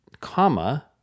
comma